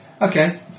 Okay